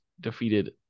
defeated